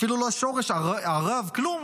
אפילו לא השורש ער"ב, כלום.